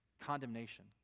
condemnation